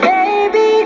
Baby